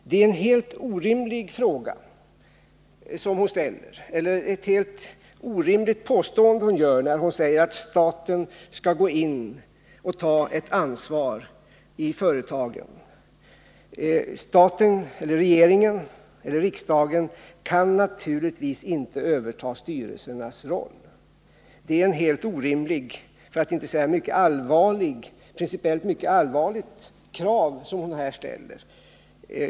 Det är ett helt orimligt påstående hon gör när hon säger att staten skall gå in och ta ett ansvar i företagen. Staten, regeringen eller riksdagen kan naturligtvis inte överta styrelsernas roll. Det är ett helt orimligt för att inte säga principiellt mycket allvarligt krav som hon här ställer.